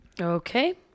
Okay